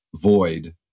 void